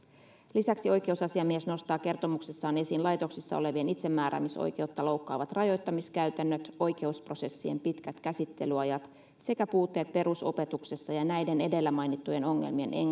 lisäksi oikeusasiamies nostaa kertomuksessaan esiin laitoksissa olevien itsemääräämisoikeutta loukkaavat rajoittamiskäytännöt oikeusprosessien pitkät käsittelyajat sekä puutteet perusopetuksessa ja näiden edellä mainittujen ongelmien